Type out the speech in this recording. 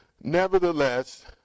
nevertheless